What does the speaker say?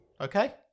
okay